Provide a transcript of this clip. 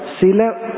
sila